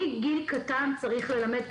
מגיל קטן צריך ללמד,